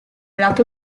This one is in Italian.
lato